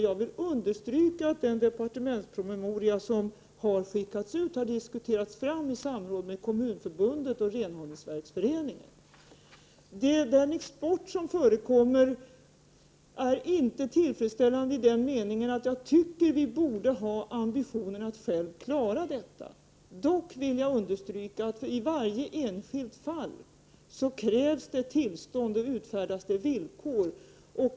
Jag vill understryka att den departementspromemoria som skickats ut har diskuterats fram i samråd med Kommunförbundet och Renhållningsverksföreningen. Den export som förekommer är inte tillfredsställande. Jag tycker att vi borde ha ambitionen att själva klara detta. Dock vill jag understryka att det i varje enskilt fall krävs tillstånd och utfärdas villkor.